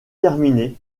terminées